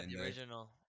original